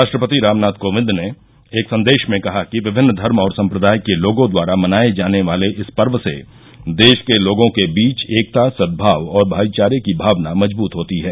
राष्ट्रपति रामनाथ कोविंद ने एक संदेश में कहा कि विभिन्न धर्म और संप्रदाय के लोगों द्वारा मनाए जाने वाले इस पर्वसे देश के लोगों के बीच एकता सदभाव और भाईचारे की भावना मजबूत होती है